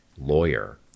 lawyer